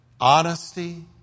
honesty